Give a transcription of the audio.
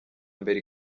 mbere